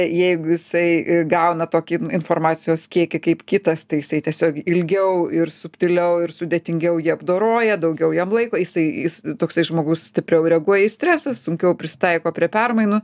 jeigu jisai gauna tokį informacijos kiekį kaip kitas tai jisai tiesiog ilgiau ir subtiliau ir sudėtingiau jį apdoroja daugiau jam laiko jisai jis toksai žmogus stipriau reaguoja į stresą sunkiau prisitaiko prie permainų